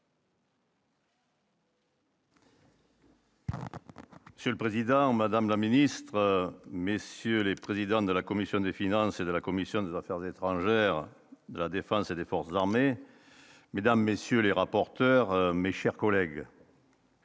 C'est le président, madame la ministre, messieurs les présidents de la commission des finances et de la commission des Affaires étrangères de la Défense et des forces armées, mesdames, messieurs les rapporteurs, mes chers collègues.